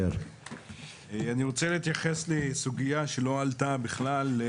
אני רוצה להתייחס לסוגיה שלא עלתה בכלל.